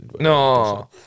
No